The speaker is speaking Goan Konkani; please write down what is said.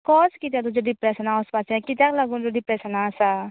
काॅज कितें तुजें डिप्रेशनान वचपाचें कित्याक लागून तूं डिप्रेशनान आसा